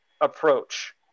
approach